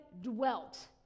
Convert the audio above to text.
dwelt